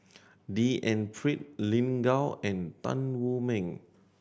D N Pritt Lin Gao and Tan Wu Meng